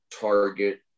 target